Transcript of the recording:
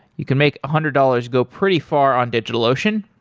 you can make a hundred dollars go pretty far on digitalocean.